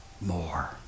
more